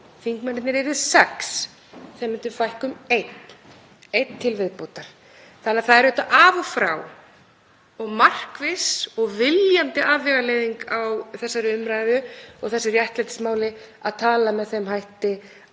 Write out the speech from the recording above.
Þingmennirnir yrðu sex, þeim myndi fækka um einn til viðbótar, þannig að það er auðvitað af og frá og markviss og viljandi afvegaleiðing á þessari umræðu og þessu réttlætismáli að tala með þeim hætti að